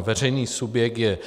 Veřejný subjekt je